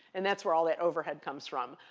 and that's where all that overhead comes from.